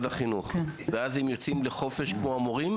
ואז הם יוצאים לחופש כמו המורים?